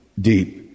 deep